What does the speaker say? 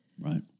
Right